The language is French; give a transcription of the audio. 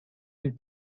ils